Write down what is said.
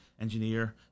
engineer